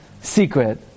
secret